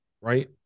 Right